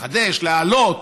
להעלות